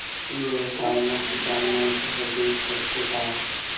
ई व्यवसाय म किसान मन फसल बेच सकथे का?